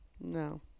No